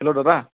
hello দাদা